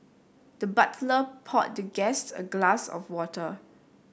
the butler poured the guest a glass of water